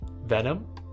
Venom